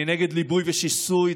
אני נגד ליבוי ושיסוי.